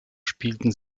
spielten